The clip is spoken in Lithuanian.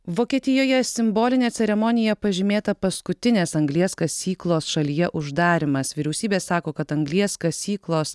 vokietijoje simboline ceremonija pažymėta paskutinės anglies kasyklos šalyje uždarymas vyriausybė sako kad anglies kasyklos